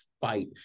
fight